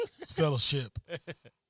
Fellowship